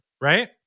right